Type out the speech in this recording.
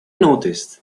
noticed